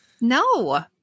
No